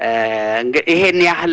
and i